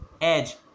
edge